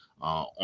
on